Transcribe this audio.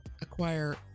acquire